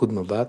מיקוד מבט,